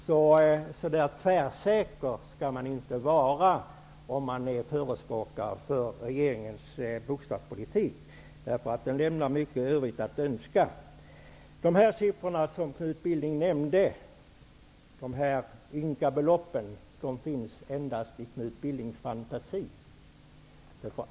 Så alltför tvärsäker skall man inte vara, om man är förespråkare för regeringens bostadspolitik. Den lämnar mycket i övrigt att önska. De ynka belopp som Knut Billing nämnde finns endast i hans fantasi.